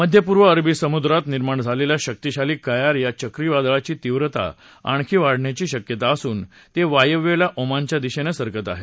मध्यपूर्व अरबी समुद्रात निर्माण झालेल्या शक्तिशाली कयार या चक्रीवादळाची तीव्रता आणखी वाढण्याची शक्यता असून ते वायव्येला ओमानच्या दिशेनं सरकत आहे